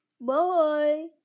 Bye